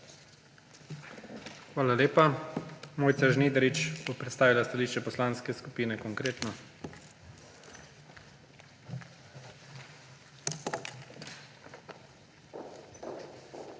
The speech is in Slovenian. Hvala lepa. Mojca Žnidarič bo predstavila stališče Poslanske skupine Konkretno.